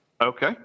Okay